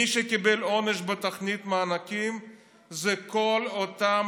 מי שקיבל עונש בתוכנית המענקים זה כל אותם